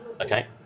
Okay